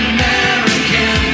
American